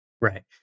right